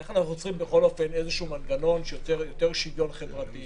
איך אנחנו יוצרים בכל אופן איזה מנגנון שיוצר יותר שוויון חברתי,